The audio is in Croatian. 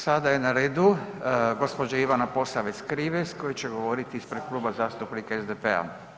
Sada je na redu gospođa Ivana Posavec Krivec koja će govoriti ispred Kluba zastupnika SDP-a.